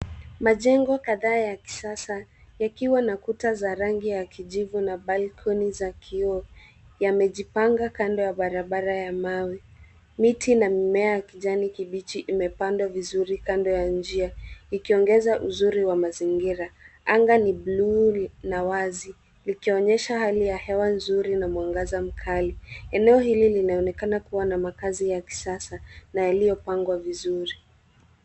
Majengo kadhaa ya kisasa yakiwa na kuta za rangi ya kujivu na balcony za kioo, yamejipanga kando ya barabara ya mawe. Miti na mimea ya kijani kibichi imepandwa vizuri kando ya njia ikiongeza uzuri wa mazingira. Anga ni bluu na wazi likionyesha hali ya hewa nzuri na mwangaza mkali. Eneo hili linaonekana kuwa na makazi ya kisasa na yaliyopangwa vizuri.